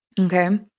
Okay